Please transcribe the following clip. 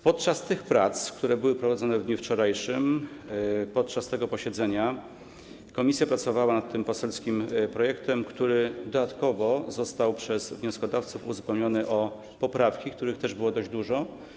Podczas tych prac, które były prowadzone w dniu wczorajszym, w trakcie tego posiedzenia komisja procedowała nad tym poselskim projektem dodatkowo przez wnioskodawców uzupełnionym o poprawki, których było dość dużo.